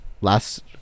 Last